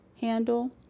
handle